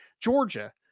Georgia